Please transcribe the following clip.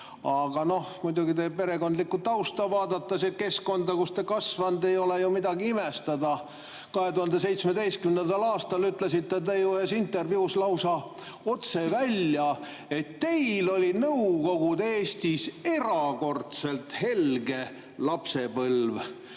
Aga noh muidugi, vaadates teie perekondlikku tausta ja keskkonda, kus te olete kasvanud, ei ole ju midagi imestada. 2017. aastal ütlesite te ühes intervjuus lausa otse välja, et teil oli Nõukogude Eestis erakordselt helge lapsepõlv.